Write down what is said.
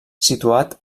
situat